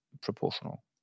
proportional